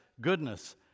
goodness